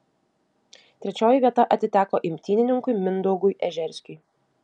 trečioji vieta atiteko imtynininkui mindaugui ežerskiui